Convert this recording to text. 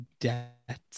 debt